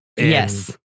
Yes